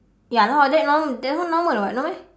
ya lah that one that one normal [what] no meh